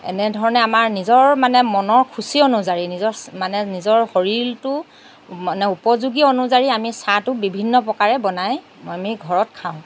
এনেধৰণে আমাৰ নিজৰ মানে মনৰ খুচি অনুযায়ী নিজৰ মানে নিজৰ শৰীৰটো মানে উপযোগী অনুযায়ী আমি চাহটো বিভিন্ন প্ৰকাৰে বনাই আমি ঘৰত খাওঁ